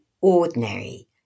ordinary